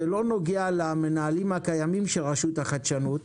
זה לא נוגע למנהלים הקיימים של רשות החדשנות,